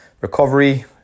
recovery